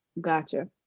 Gotcha